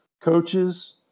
coaches